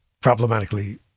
problematically